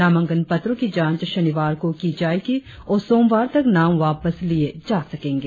नामांकन पत्रों की जांच शनिवार को की जाएगी और सोमवार तक नाम वापस लिए जा सकेंगे